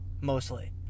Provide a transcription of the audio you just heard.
mostly